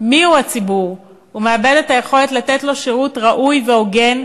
מיהו הציבור ומאבדת את היכולת לתת לו שירות ראוי והוגן,